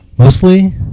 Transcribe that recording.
Mostly